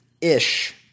ish